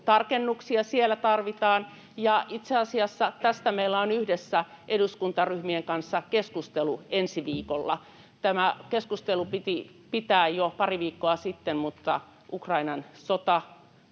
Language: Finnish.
tarkennuksia siellä tarvitaan. Itse asiassa tästä meillä on yhdessä eduskuntaryhmien kanssa keskustelu ensi viikolla. Tämä keskustelu piti pitää jo pari viikkoa sitten, mutta Ukrainan sota